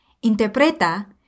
interpreta